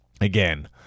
again